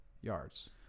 yards